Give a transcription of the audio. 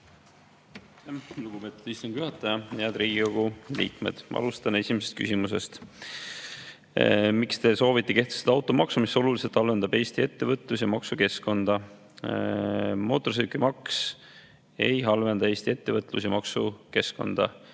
Lugupeetud istungi juhataja! Head Riigikogu liikmed! Alustan esimesest küsimusest. "Miks Te soovite kehtestada automaksu, mis oluliselt halvendab Eesti ettevõtlus- ja maksukeskkonda?" Mootorsõidukimaks ei halvenda Eesti ettevõtlus- ja maksukeskkonda,